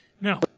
Now